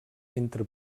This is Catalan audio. entre